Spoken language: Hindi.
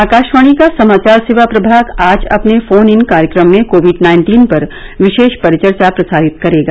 आकाशवाणी का समाचार सेवा प्रभाग आज अपने फोन इन कार्यक्रम में कोविड नाइन्टीन पर विशेष परिचर्चा प्रसारित करेगा